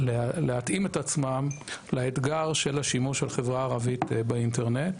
להתאים את עצמם לאתגר של השימוש על החברה הערבית באינטרנט.